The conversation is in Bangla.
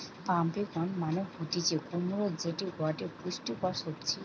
পাম্পিকন মানে হতিছে কুমড়ো যেটি গটে পুষ্টিকর সবজি